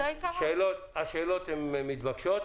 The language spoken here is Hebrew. השאלות מתבקשות,